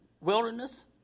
wilderness